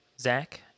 Zach